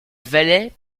vallée